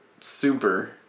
super